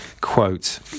Quote